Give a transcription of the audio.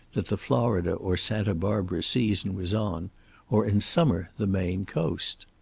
that the florida or santa barbara season was on or in summer the maine coast.